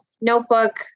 notebook